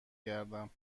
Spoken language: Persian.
گردم